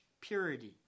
purity